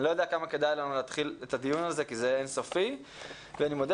אני לא יודע כמה כדאי לנו להתחיל את הדיון הזה כי זה אינסופי ואני מודה